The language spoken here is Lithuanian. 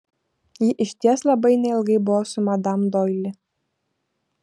ji išties labai neilgai buvo su madam doili